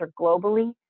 globally